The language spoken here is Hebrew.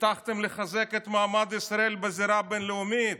הבטחתם לחזק את מעמד ישראל בזירה הבין-לאומית.